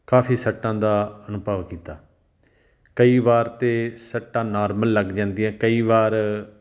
ਕਾਫੀ ਸੱਟਾਂ ਦਾ ਅਨੁਭਵ ਕੀਤਾ ਕਈ ਵਾਰ ਤਾਂ ਸੱਟਾਂ ਨੌਰਮਲ ਲੱਗ ਜਾਂਦੀਆਂ ਕਈ ਵਾਰ